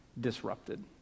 disrupted